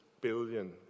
billion